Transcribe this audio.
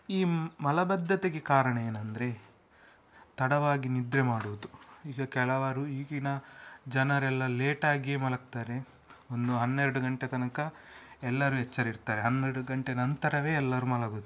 ಈ ಮಲಬದ್ದತೆಗೆ ಕಾರಣ ಏನಂದ್ರೆ ತಡವಾಗಿ ನಿದ್ರೆ ಮಾಡುವುದು ಈಗ ಕೆಲವರು ಈಗಿನ ಜನರೆಲ್ಲ ಲೇಟ್ ಆಗಿಯೇ ಮಲಗ್ತಾರೆ ಒಂದು ಹನ್ನೆರಡು ಗಂಟೆ ತನಕ ಎಲ್ಲರು ಎಚ್ಚರಿರ್ತಾರೆ ಹನ್ನೆರಡು ಗಂಟೆ ನಂತರವೆ ಎಲ್ಲರು ಮಲಗೋದು